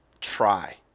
try